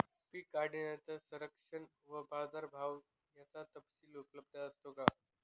पीक काढणीनंतर संरक्षण व बाजारभाव याचा तपशील उपलब्ध असतो का?